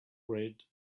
read